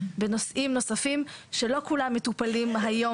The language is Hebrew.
בנושאים נוספים שלא כולם מטופלים היום